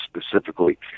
specifically